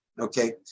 Okay